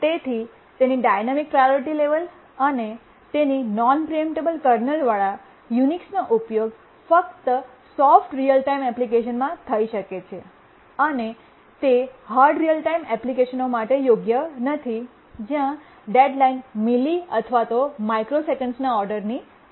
તેથી તેની dynamic priority level અને તેની નોન પ્રીએમ્પટેબલ કર્નલવાળા યુનિક્સનો ઉપયોગ ફક્ત સોફ્ટ રીઅલ ટાઇમ એપ્લિકેશનમાં થઈ શકે છે અને તે હાર્ડ રીઅલ ટાઇમ એપ્લિકેશનો માટે યોગ્ય નથી જ્યાં ડેડ્લાઇન મિલી અથવા માઇક્રોસેકન્ડ્સનો ઓર્ડરની છે